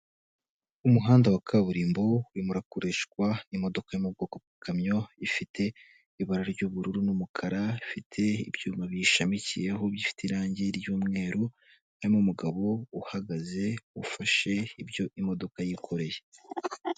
Umuhanda wa kaburimbo urimo urakoreshwa n'imodoka yo mu bwoko bw'ikamyo, ifite ibara ry'ubururu n'umukara, ifite ibyuma biyishamikiyeho, bifite irangi ry'umweru, harimo umugabo uhagaze ufashe ibyo imodoka yikoreye.